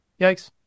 Yikes